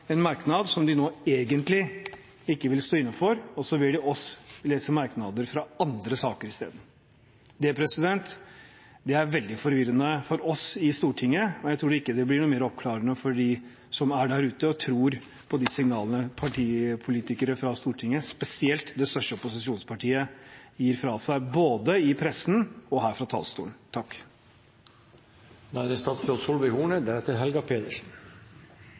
en merknad som de nå egentlig ikke vil stå inne for – de ber oss lese merknader fra andre saker i stedet. Det er veldig forvirrende for oss i Stortinget. Jeg tror ikke det blir noe mer oppklarende for dem som er der ute og tror på de signalene partipolitikere fra Stortinget, spesielt i det største opposisjonspartiet, sender ut, både i pressen og her fra talerstolen. Vi er i en situasjon der det